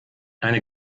eine